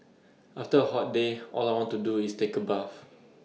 after A hot day all I want to do is take A bath